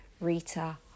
Rita